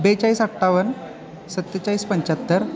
बेचाळीस अठ्ठावन्न सत्तेचाळीस पंचाहत्तर